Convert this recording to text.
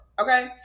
Okay